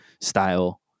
style